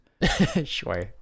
Sure